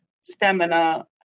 stamina